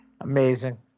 amazing